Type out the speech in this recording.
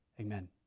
amen